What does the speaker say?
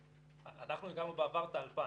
אנחנו הכרנו בעבר את ה-2,000.